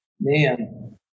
man